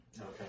Okay